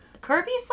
Kirby's